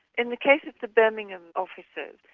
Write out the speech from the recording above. in the cases of birmingham officers,